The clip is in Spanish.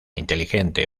inteligente